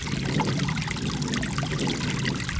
ஆ எவ்வளோ மாதத்துக்கு ஒருக்கா க்ளீன் பண்ணுற மாதிரி இருக்கும்